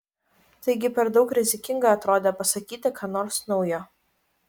taigi per daug rizikinga atrodė pasakyti ką nors naujo